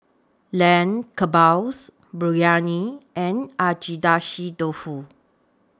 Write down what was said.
Lamb Kebabs Biryani and Agedashi Dofu